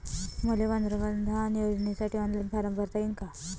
मले पंतप्रधान योजनेसाठी ऑनलाईन फारम भरता येईन का?